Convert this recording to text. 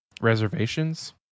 Reservations